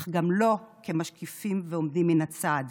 אך גם לא כמשקיפים ועומדים מן הצד.